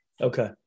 Okay